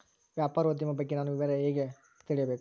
ವ್ಯಾಪಾರೋದ್ಯಮ ಬಗ್ಗೆ ನಾನು ಹೇಗೆ ವಿವರ ತಿಳಿಯಬೇಕು?